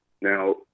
Now